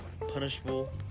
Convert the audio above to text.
punishable